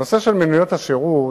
הנושא של מוניות השירות,